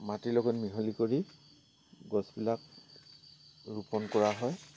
মাটিৰ লগত মিহলি কৰি গছবিলাক ৰোপণ কৰা হয়